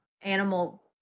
animal